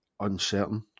uncertain